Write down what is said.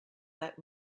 let